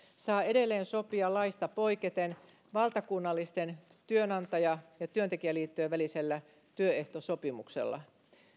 saa edelleen sopia laista poiketen valtakunnallisten työnantaja ja työntekijäliittojen välisellä työehtosopimuksella